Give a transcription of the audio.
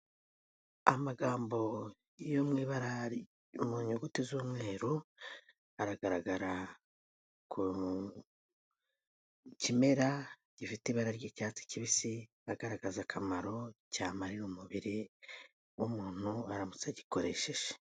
Amagambo yo mu ibara mu nyuguti z'umweru aragaragara ku kimera gifite ibara ry'icyatsi kibisi, agaragaza akamaro cyamarira umubiri w'umuntu aramutse agikoresheje.